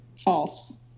False